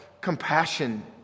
compassion